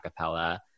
acapella